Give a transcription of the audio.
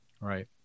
right